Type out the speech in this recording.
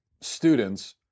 students